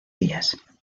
vías